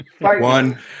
One